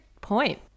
point